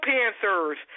Panthers